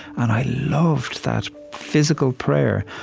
and i loved that physical prayer.